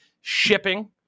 shipping